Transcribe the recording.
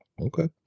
okay